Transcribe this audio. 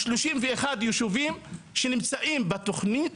ה-31 ישובים שנמצאים בתוכנית,